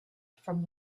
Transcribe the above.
from